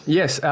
yes